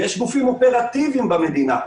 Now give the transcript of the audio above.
ויש גופים אופרטיביים במדינה,